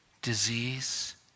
disease